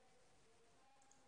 אני חייבת להגיד לכם